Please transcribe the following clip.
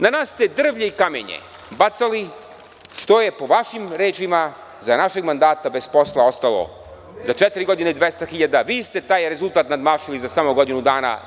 Na nas ste bacali drvlje i kamenje, što je po vašim rečima – za našeg mandata bez posla ostalo za četiri godine 200.000 ljudi, vi ste taj rezultat nadmašili za samo godinu dana.